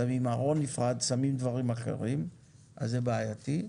שמים ארון נפרד, שמים דברים אחרים - זה בעייתי.